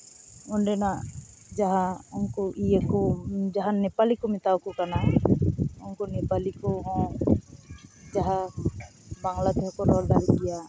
ᱚᱸᱰᱮᱱᱟᱜ ᱡᱟᱦᱟᱸ ᱩᱝᱠᱩ ᱤᱭᱟᱹᱠᱚ ᱡᱟᱦᱟᱸᱭ ᱱᱮᱯᱟᱞᱤ ᱠᱚ ᱢᱮᱱᱟᱣᱟᱠᱚ ᱠᱟᱱᱟ ᱩᱝᱠᱩ ᱱᱮᱯᱟᱞᱤ ᱠᱚᱦᱚᱸ ᱡᱟᱦᱟᱸ ᱵᱟᱝᱞᱟ ᱛᱮᱦᱚᱸ ᱠᱚ ᱨᱚᱲ ᱫᱟᱲᱜ ᱜᱮᱭᱟ